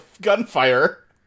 gunfire